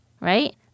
right –